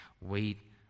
Wait